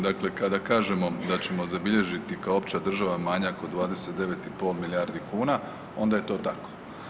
Dakle, kada kažemo da ćemo zabilježiti kao opća država manjak od 29,5 milijardi kuna onda je to tako.